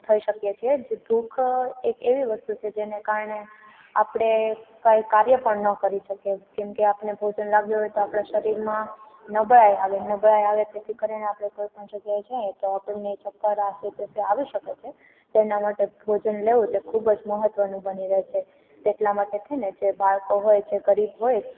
થઈ શકીએ છીએ જે ભૂખ એક એવી વસ્તુ છે જેને કારણે આપણે કાંઈ કાર્ય પણ ન કરી શકીએ કેમકે આપને ભોજન લાગ્યું હોય તો આપણા શરીરમાં નબળાઈ નબળાઈ આવે તેથી કરીને આપણે કોઈપણ જગ્યાએ જઈએ તો આપણને ચક્કર આ છે તે છે આવી શકે છે તેના માટે ભોજન લેવું તે ખૂબજ મહત્ત્વનું બની રહે છે તેટલા માટે થઈને જે બાળકો હોય જે ગરીબ હોય